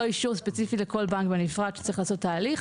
אישור ספציפי לכל בנק בנפרד שצריך לעשות תהליך.